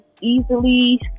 easily